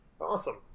Awesome